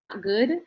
good